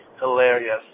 hilarious